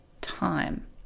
time